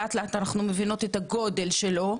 לאט לאט אנחנו מבינות את הגודל שלו.